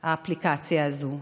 האפליקציה הזו.